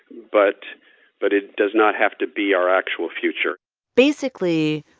but but it does not have to be our actual future basically,